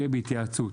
יהיה "בהתייעצות",